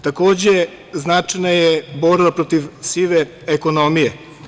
Takođe, značajna je borba protiv sive ekonomije.